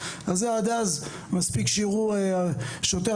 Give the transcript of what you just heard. עד אז מספיק שיראו שוטר.